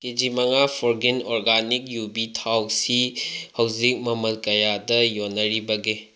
ꯀꯦ G ꯃꯉꯥ ꯐꯣꯔꯒꯤꯟ organic ꯌꯨꯕꯤ ꯊꯥꯎꯁꯤ ꯍꯧꯖꯤꯛ ꯃꯃꯜ ꯀꯌꯥꯗ ꯌꯣꯟꯅꯔꯤꯕꯒꯦ